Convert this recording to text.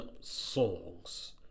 songs